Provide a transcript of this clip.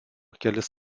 kelis